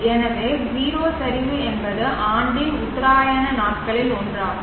எனவே 0 சரிவு என்பது ஆண்டின் உத்தராயண நாட்களில் ஒன்றாகும்